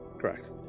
Correct